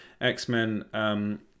X-Men